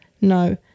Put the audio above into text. No